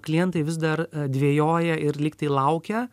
klientai vis dar dvejoja ir lygtai laukia